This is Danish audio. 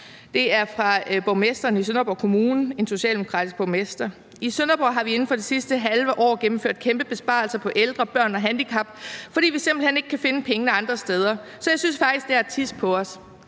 Det er af borgmesteren i Sønderborg Kommune, en socialdemokratisk borgmester: »I Sønderborg har vi inden for det seneste halve år gennemført kæmpe besparelser på ældre, børn og handicap, fordi vi simpelthen ikke kan finde pengene andre steder. Så jeg synes faktisk, det er at tisse på os.«